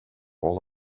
all